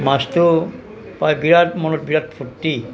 মাছটো পাই বিৰাট মনত বিৰাট ফূৰ্ত্তি